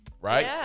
Right